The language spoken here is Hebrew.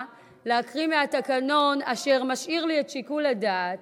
מי שישיב על הצעת החוק,